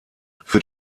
für